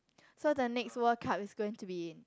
so the next World Cup is going to be